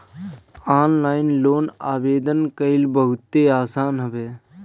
online loan आवेदन कईल बहुते आसान हवे